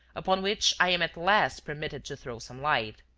upon which i am at last permitted to throw some light.